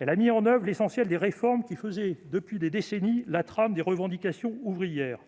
elle a mis en oeuvre l'essentiel des réformes qui constituaient la trame des revendications ouvrières